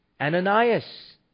Ananias